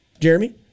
Jeremy